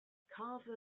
carver